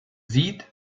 sieht